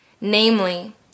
Namely